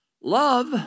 love